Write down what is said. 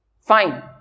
Fine